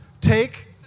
take